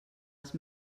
els